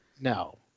no